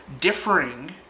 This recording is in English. Differing